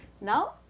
Now